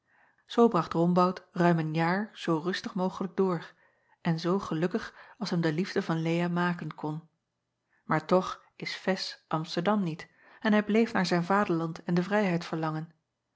oo bracht ombout ruim een jaar zoo rustig mogelijk door en zoo gelukkig als hem de liefde van ea maken kon aar toch is ez msterdam niet en hij bleef naar zijn vaderland en de vrijheid verlangen